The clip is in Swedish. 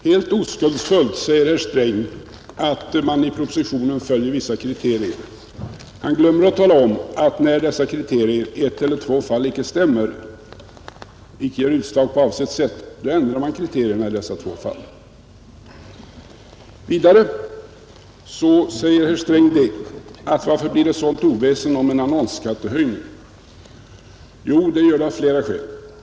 Herr talman! Helt oskuldsfullt säger herr Sträng att man i propositionen följer vissa kriterier. Han glömmer att tala om att när dessa kriterier i ett eller två fall inte stämmer, inte ger utslag på avsett sätt, ändrar man kriterierna i dessa två fall. Vidare säger herr Sträng: Varför blir det sådant oväsen om en annonsskattehöjning? Jo, det gör det av flera skäl.